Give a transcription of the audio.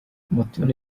umutoni